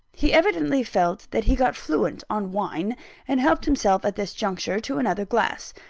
he evidently felt that he got fluent on wine and helped himself, at this juncture, to another glass.